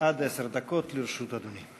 עד עשר דקות לרשות אדוני.